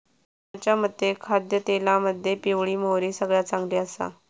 डॉक्टरांच्या मते खाद्यतेलामध्ये पिवळी मोहरी सगळ्यात चांगली आसा